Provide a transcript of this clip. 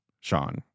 Sean